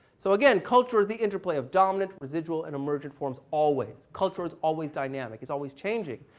so again, culture is the interplay of dominant residual and emergent forms always. culture is always dynamic. it's always changing.